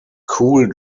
cool